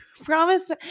Promise